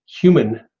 human